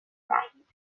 دهید